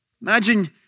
Imagine